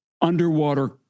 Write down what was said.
underwater